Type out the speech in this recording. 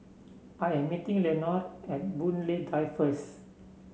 I am meeting Leonore at Boon Lay Drive first